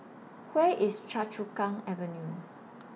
Where IS Choa Chu Kang Avenue